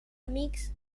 amics